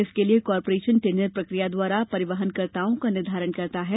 इसके लिए corporation tender प्रक्रिया द्वारा परिवहनकर्ताओं का निर्धारण करता है